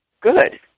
good